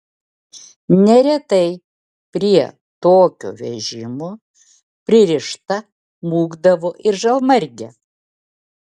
neretai prie tokio vežimo pririšta mūkdavo ir žalmargė